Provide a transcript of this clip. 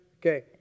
okay